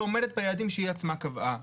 לא עומדת ביעדים שהיא עצמה קבעה.